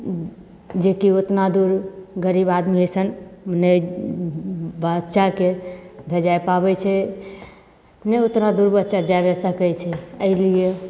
जेकि ओतना दूर गरीब आदमी एहन नहि बच्चाके भेजै पाबैत छै नहि ओतना दूर बच्चा जाए लै सकैत छै एहि लिए